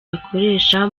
bakoresha